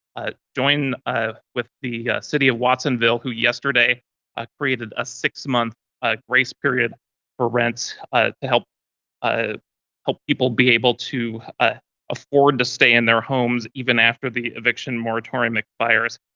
ah join with the city of watsonville, who yesterday ah created a six month ah grace period for rents ah to help ah help people be able to ah afford to stay in their homes even after the eviction moratorium expires.